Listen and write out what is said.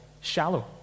shallow